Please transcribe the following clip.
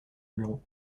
bureau